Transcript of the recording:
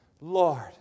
Lord